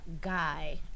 guy